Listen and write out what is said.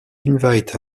invite